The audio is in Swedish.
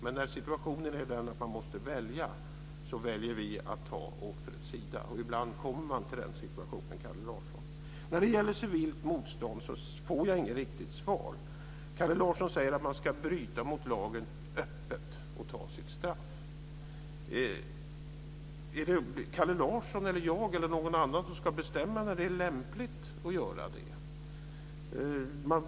Men när situationen är sådan att man måste välja väljer vi att ställa oss på offrets sida. Ibland kommer man till den situationen, Kalle Larsson. När det gäller civilt motstånd får jag inget riktigt svar. Kalle Larsson säger att man ska bryta mot lagen öppet och ta sitt straff. Är det Kalle Larsson eller jag eller någon annan som ska bestämma när det är lämpligt att göra det?